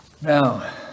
Now